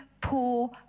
poor